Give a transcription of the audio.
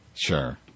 Sure